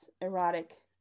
erotic